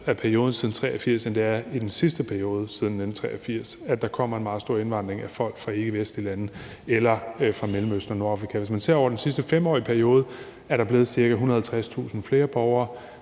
af perioden siden 1983, end det er i den sidste periode siden 1983, at der kommer en meget stor indvandring af folk fra ikkevestlige lande, fra Mellemøsten og Nordafrika. Hvis man ser det over den sidste 5-årige periode, er der blevet ca. 150.000 flere borgere